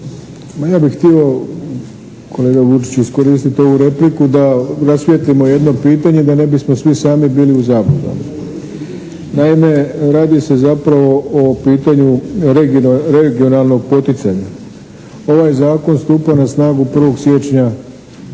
ja bih htio kolega Vučiću iskoristiti ovu repliku da rasvijetlimo jedno pitanje da ne bismo svi sami bili u zabludi. Naime, radi se zapravo o pitanju regionalnog poticanja. Ovaj zakon stupa na snagu 1. siječnja